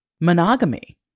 monogamy